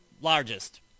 largest